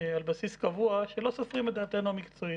על בסיס קבוע שלא סופרים את דעתנו המקצועית.